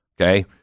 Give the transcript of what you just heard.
Okay